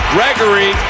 Gregory